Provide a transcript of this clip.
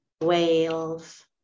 whales